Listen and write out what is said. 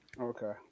okay